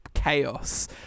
chaos